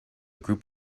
group